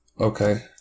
Okay